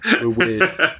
Weird